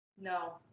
No